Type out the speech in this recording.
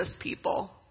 people